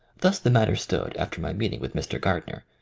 thus the matter stood after my meeting with mr. gardner,